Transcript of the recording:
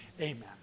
Amen